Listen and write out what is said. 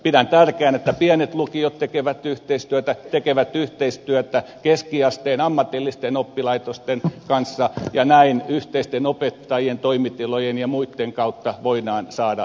pidän tärkeänä että pienet lukiot tekevät yhteistyötä keskiasteen ammatillisten oppilaitosten kanssa ja näin yhteisten opettajien toimitilojen ja muitten kautta voidaan saada säästöä